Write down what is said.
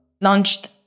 launched